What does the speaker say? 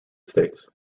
states